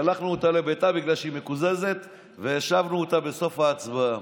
שלחנו אותה לביתה בגלל שהיא מקוזזת והשבנו אותה בסוף ההצבעה.